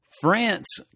France